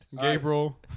Gabriel